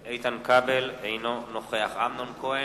כבל, אינו נוכח אמנון כהן,